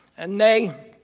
and now,